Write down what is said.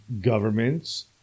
governments